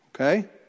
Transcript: Okay